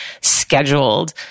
scheduled